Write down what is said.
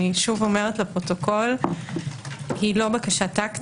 לפרוטוקול אני שוב אומרת - אינה טקטית.